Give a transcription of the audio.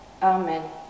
Amen